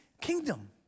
kingdom